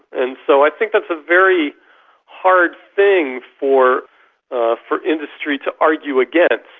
and so i think that's a very hard thing for ah for industry to argue against.